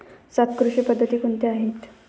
सात कृषी पद्धती कोणत्या आहेत?